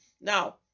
now